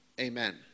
Amen